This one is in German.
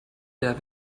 der